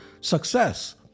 success